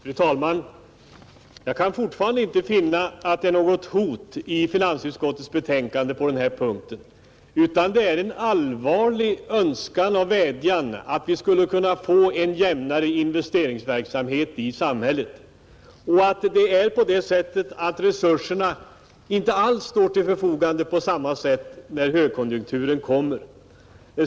Fru talman! Jag kan fortfarande inte finna att det ligger något hot i finansutskottets skrivning i betänkandet på den här punkten, utan det är en allvarlig önskan och vädjan om att vi skulle kunna få en jämnare investeringsverksamhet i samhället. Av majoritetens skrivning framgår också att resurserna inte alls står till förfogande på samma sätt när högkonjunkturen kommer.